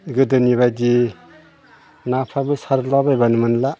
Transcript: गोदोनिबायदि नाफ्राबो सारलाबायब्लानो मोनला